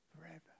forever